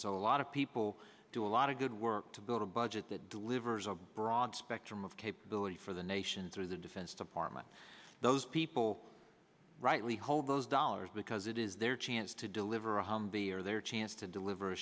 so a lot of people do a lot of good work to build a budget that delivers a broad spectrum of capability for the nation through the defense department those people rightly hold those dollars because it is their chance to deliver a hobby or their chance to deliver